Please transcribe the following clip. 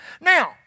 Now